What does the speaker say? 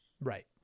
Right